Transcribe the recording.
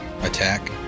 Attack